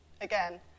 again